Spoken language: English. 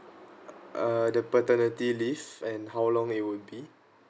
uh the paternity leave and how long it would be